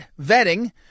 vetting